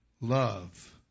Love